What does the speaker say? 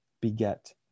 beget